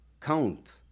count